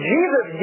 Jesus